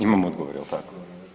Imam odgovor jel tako?